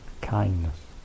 Kindness